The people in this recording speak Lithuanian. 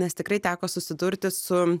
nes tikrai teko susidurti su